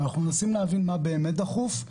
ואנחנו מנסים להבין מה באמת דחוף,